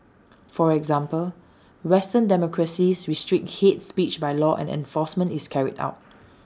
for example western democracies restrict hate speech by law and enforcement is carried out